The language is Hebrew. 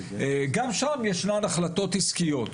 גם שם ישנן החלטות עסקיות,